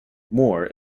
moore